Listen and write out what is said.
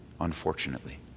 unfortunately